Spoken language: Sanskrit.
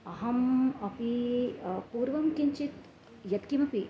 अहम् अपि पूर्वं किञ्चित् यत्किमपि